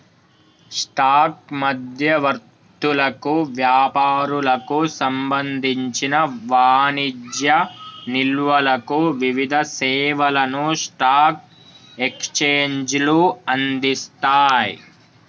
stock మధ్యవర్తులకు, వ్యాపారులకు సంబంధించిన వాణిజ్య నిల్వలకు వివిధ సేవలను స్టాక్ ఎక్స్చేంజ్లు అందిస్తయ్